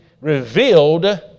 revealed